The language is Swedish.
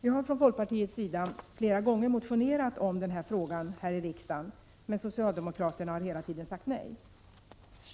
Vi har från folkpartiets sida flera gånger motionerat om den här frågan här i riksdagen, men socialdemokraterna har hela tiden sagt nej.